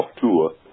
tour